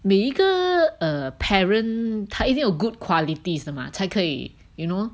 每一个 err parent 她一定有 good qualities 的嘛才可以 you know